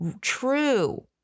true